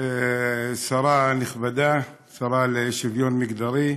שרה נכבדה, השרה לשוויון חברתי,